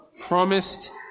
promised